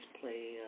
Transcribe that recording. play